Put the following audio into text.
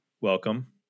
Welcome